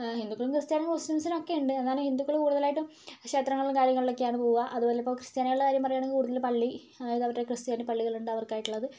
ഹിന്ദുക്കളും ക്രിസ്ത്യാനികളും മുസ്ലീംസിനുമൊക്കെയുണ്ട് എന്നാലും ഹിന്ദുക്കള് കൂടുതലായിട്ടും ക്ഷേത്രങ്ങളിലും കാര്യങ്ങളിലുമൊക്കയാണ് പൂവാ അതുപോലിപ്പോൾ ക്രിസ്ത്യാനികളുടെ കാര്യം പറയുവാണെങ്കില് കൂടുതല് പള്ളി അതായത് അവരുടെ ക്രിസ്ത്യാനി പള്ളികളുണ്ട് അവർക്കായിട്ടുള്ളത്